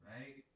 Right